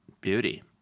Beauty